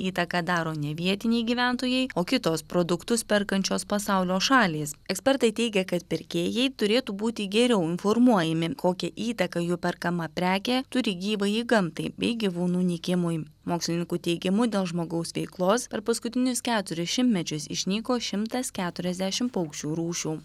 įtaką daro ne vietiniai gyventojai o kitos produktus perkančios pasaulio šalys ekspertai teigia kad pirkėjai turėtų būti geriau informuojami kokią įtaką jų perkama prekė turi gyvajai gamtai bei gyvūnų nykimui mokslininkų teigimu dėl žmogaus veiklos per paskutinius keturis šimtmečius išnyko šimtas keturiasdešimt paukščių rūšių